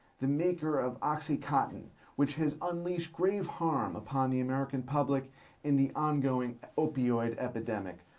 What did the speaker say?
the maker of oxycontin, which has unleashed grave harm upon the american public in the ongoing opioid epidemic.